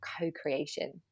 co-creation